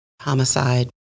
homicide